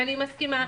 ואני מסכימה,